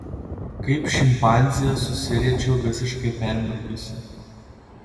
kaip šimpanzė susiriečiau visiškai permirkusi